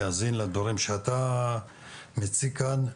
יאזין לדברים שאתה מציג כאן,